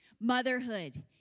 Motherhood